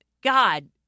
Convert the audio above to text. God